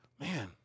man